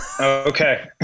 Okay